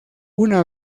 una